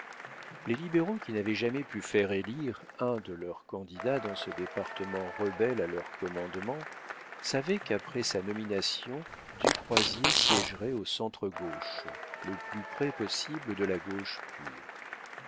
les libéraux qui n'avaient jamais pu faire élire un de leurs candidats dans ce département rebelle à leurs commandements savaient qu'après sa nomination du croisier siégerait au centre gauche le plus près possible de la gauche pure